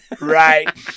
Right